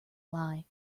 lie